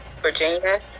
Virginia